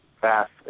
fast